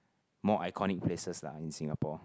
more iconic places lah in Singapore